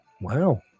Wow